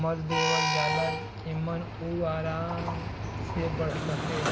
मल देवल जाला जेमन उ आराम से बढ़ सके